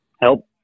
help